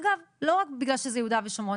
אגב לא רק בגלל שזה יהודה ושומרון,